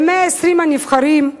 ב-120 הנבחרים,